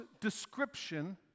description